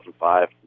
2005